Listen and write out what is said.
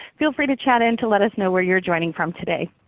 feel free to chat in to let us know where you're joining from today.